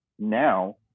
Now